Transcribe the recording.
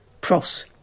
Pross